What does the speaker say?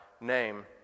name